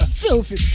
filthy